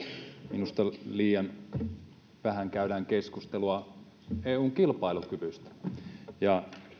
minusta liian vähän käydään keskustelua eun kilpailukyvystä ja